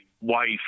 wife